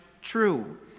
true